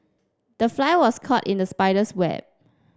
the fly was caught in the spider's web